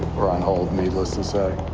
we're on hold, needless to say.